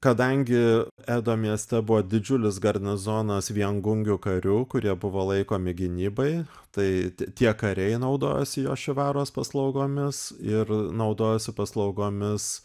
kadangi edo mieste buvo didžiulis garnizonas viengungių karių kurie buvo laikomi gynybai tai tie kariai naudojosi jošivaros paslaugomis ir naudojosi paslaugomis